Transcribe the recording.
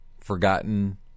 forgotten